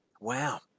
Wow